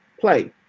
play